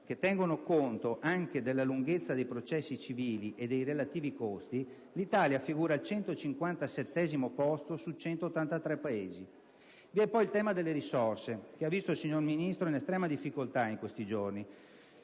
che tengono conto anche della lunghezza dei processi civili e dei relativi costi, l'Italia figura al 157° posto su 183 Paesi. Vi è poi il tema delle risorse che ha visto il Ministro in estrema difficoltà, così come,